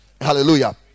Hallelujah